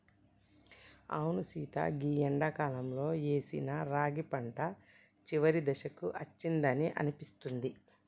అవును సీత గీ ఎండాకాలంలో ఏసిన రాగి పంట చివరి దశకు అచ్చిందని అనిపిస్తుంది